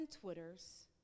Twitters